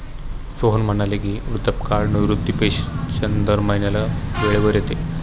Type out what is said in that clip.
सोहन म्हणाले की, वृद्धापकाळ निवृत्ती पेन्शन दर महिन्याला वेळेवर येते